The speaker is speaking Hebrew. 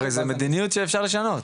הרי זו מדיניות שאפשר לשנות.